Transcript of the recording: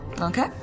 Okay